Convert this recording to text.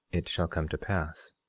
it shall come to pass.